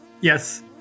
Yes